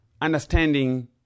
understanding